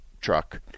truck